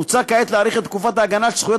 מוצע כעת להאריך את תקופת ההגנה של זכויות